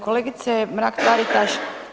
Kolegice Mrak-Taritaš.